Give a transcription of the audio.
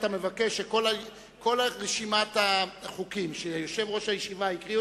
כל רשימת החוקים שיושב-ראש הישיבה הקריא,